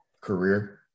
career